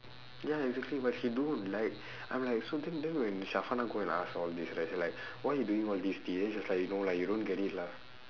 ya exactly but she don't like I'm like so then when go and ask and all these right say like why you doing all these things then she is like no lah you don't get it lah